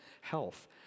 health